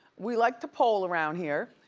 we like to poll around here.